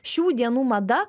šių dienų mada